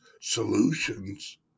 Solutions